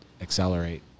accelerate